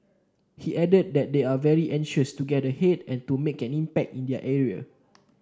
he added that they are very anxious to get ahead and to make an impact in their area